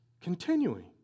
continuing